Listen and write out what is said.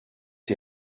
die